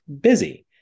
busy